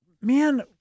man